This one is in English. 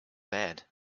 bad